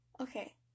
Okay